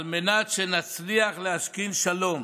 על מנת שנצליח להשכין שלום